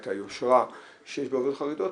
את היושרה שיש לעובדות חרדיות,